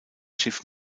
schiff